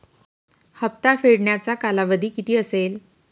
हप्ता फेडण्याचा कालावधी किती असेल?